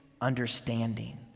Understanding